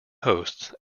hosts